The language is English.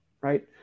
right